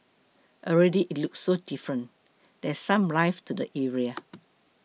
already it looks so different there's some life to the area